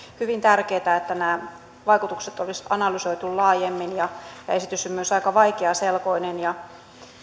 hyvin tärkeätä että nämä vaikutukset olisi analysoitu laajemmin esitys on myös aika vaikeaselkoinen ja